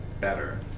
better